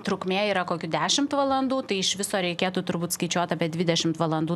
trukmė yra kokių dešimt valandų tai iš viso reikėtų turbūt skaičiuot apie dvidešimt valandų